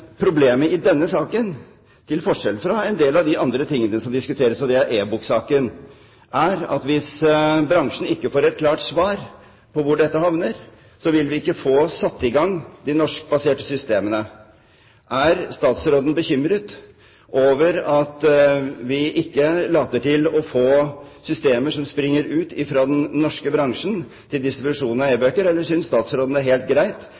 Problemet i denne saken, til forskjell fra en del av det andre som diskuteres, er at hvis bransjen ikke får et klart svar på hvor dette havner, så vil vi ikke få satt i gang de norskbaserte systemene. Er statsråden bekymret over at vi ikke later til å få systemer for distribusjon av e-bøker som springer ut fra den norske bransjen, eller synes statsråden det er helt greit